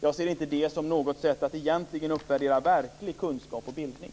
Jag ser inte det som något sätt att uppvärdera verklig kunskap och bildning.